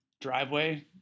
driveway